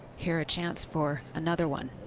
here a chance for another one.